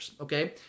okay